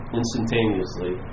instantaneously